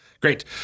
Great